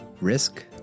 risk